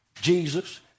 Jesus